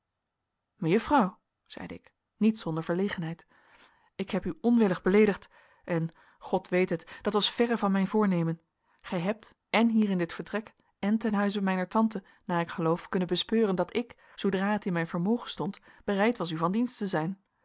mejuffrouw zeide ik niet zonder verlegenheid ik heb u onwillig beleedigd en god weet het dat was verre van mijn voornemen gij hebt en hier in dit vertrek en ten huize mijner tante naar ik geloof kunnen bespeuren dat ik zoodra het in mijn vermogen stond bereid was u van dienst te zijn